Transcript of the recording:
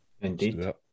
Indeed